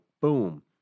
boom